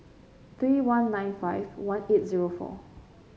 three one nine five one eight zero four